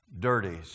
dirties